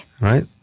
Right